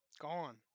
Gone